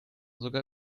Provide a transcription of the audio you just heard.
sogar